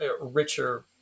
richer